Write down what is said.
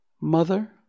Mother